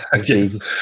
jesus